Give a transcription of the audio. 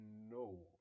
No